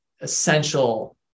essential